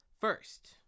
First